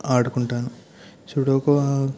ఆడుకుంటాను sudoku